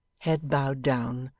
head bowed down,